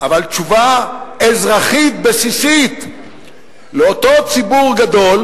אבל תשובה אזרחית בסיסית לאותו ציבור גדול,